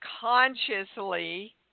consciously